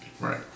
Right